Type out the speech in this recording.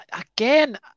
Again